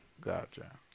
Gotcha